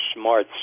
smart